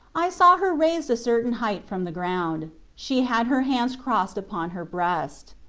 i saw her raised a certain height from the ground she had her hands crossed upon her breast.